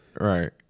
right